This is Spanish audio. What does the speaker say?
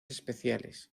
especiales